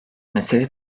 mesele